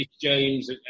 James